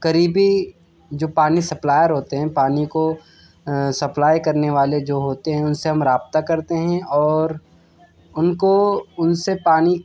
قریبی جو پانی سپلائر ہوتے ہیں پانی کو سپلائی کرنے والے جو ہوتے ہیں ان سے ہم رابطہ کرتے ہیں اور ان کو ان سے پانی